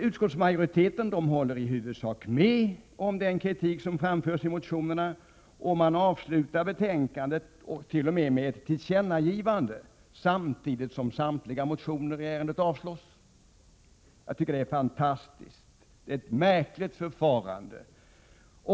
Utskottsmajoriteten håller i huvudsak med om den kritik som framförs i motionerna, och man avslutar betänkandet med ett tillkännagivande — samtidigt som samtliga motioner i ärendet avstyrks. Det är ett märkligt förfarande. Jag tycker att det är fantastiskt.